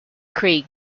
craig